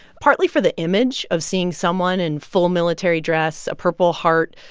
partly for the image of seeing someone in full military dress, a purple heart,